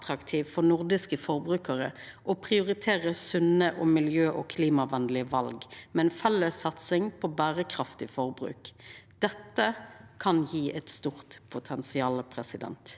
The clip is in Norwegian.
for nordiske forbrukarar å prioritera sunne og miljø- og klimavenlege val, med ei felles satsing på berekraftig forbruk. Dette kan ha eit stort potensial. Noreg